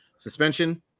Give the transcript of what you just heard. Suspension